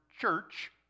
church